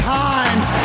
times